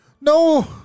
No